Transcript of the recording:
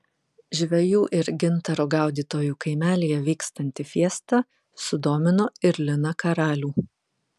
žvejų ir gintaro gaudytojų kaimelyje vykstanti fiesta sudomino ir liną karalių